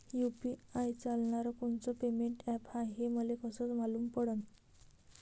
UPI चालणारं कोनचं payment app हाय, हे मले कस मालूम पडन?